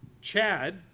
Chad